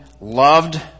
loved